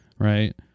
right